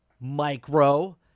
micro